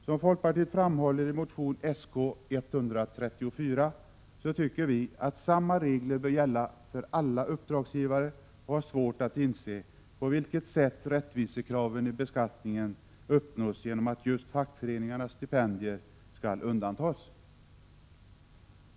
Som folkpartiet framhåller i motion Sk134, tycker vi att samma regler bör gälla för alla uppdragsgivare och har svårt att inse på vilket sätt rättvisekraven i beskattningen uppnås genom att just fackföreningarnas stipendier skall undantas.